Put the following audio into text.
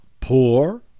poor